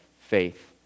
faith